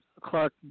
Clark